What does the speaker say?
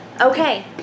Okay